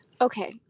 Okay